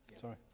Sorry